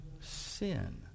sin